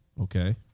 Okay